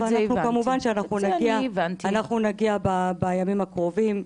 ואנחנו, כמובן שאנחנו נגיע בימים הקרובים,